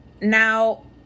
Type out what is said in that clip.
now